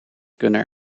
kunnen